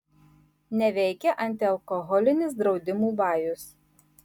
neveikia antialkoholinis draudimų vajus